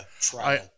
trial